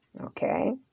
Okay